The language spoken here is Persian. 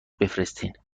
بفرستین